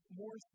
more